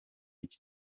iki